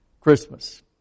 Christmas